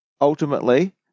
ultimately